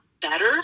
better